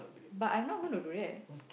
but I'm not gonna to do that